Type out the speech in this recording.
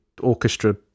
orchestra